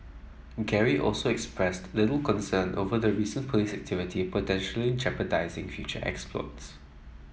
Gary also expressed little concern over the recent police activity potentially jeopardising future exploits